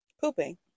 Pooping